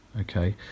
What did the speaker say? okay